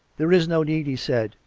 there is no need, he said.